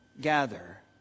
gather